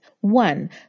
One